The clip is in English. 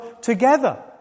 together